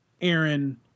Aaron